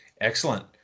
excellent